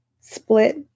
split